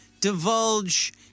divulge